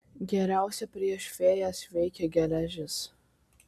geriausiai prieš fėjas veikia geležis